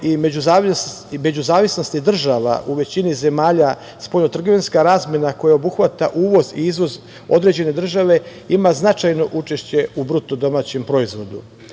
i međuzavisnosti država u većini zemalja, spoljnotrgovinska razmena koja obuhvata uvoz i izvoz određene države ima značajno učešće u BDP-u, a znamo